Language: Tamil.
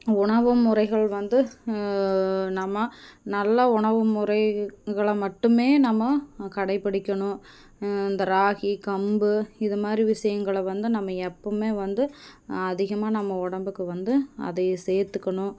உணவு முறைகள் வந்து நம்ம நல்ல உணவு முறைகளை மட்டுமே நம்ம கடைப்பிடிக்கணும் இந்த ராகி கம்பு இது மாதிரி விஷியங்களை வந்து நம்ம எப்புவுமே வந்து அதிகமாக நம்ம உடம்புக்கு வந்து அதை சேர்த்துக்கணும்